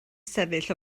sefyll